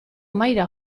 mahaira